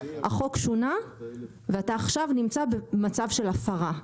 החוק שונה ואתה עכשיו נמצא במצב של הפרה.